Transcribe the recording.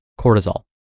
cortisol